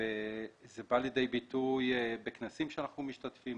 וזה בא לידי ביטוי בכנסים שאנחנו משתתפים,